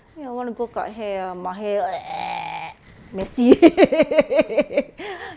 then I want to go cut hair ah my hair messy